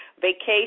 vacation